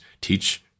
teach